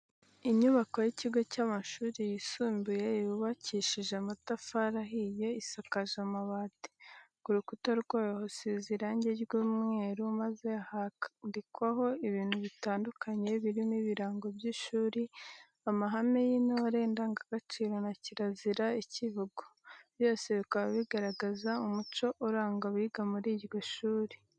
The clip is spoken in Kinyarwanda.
Inyubako y'ikigo cy'amashuri yisumbuye yubakishije amatafari ahiye, isakaje amabati, ku rukuta rwayo hasizwe irangi ry'umweru maze handikwaho ibintu bitandukanye birimo ibirango by'ishuri, amahame y'intore, indangabaciro na kirazira, icyivugo, byose bikaba bigaragaza umuco uranga abiga muri iryo shuri.